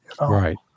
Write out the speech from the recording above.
Right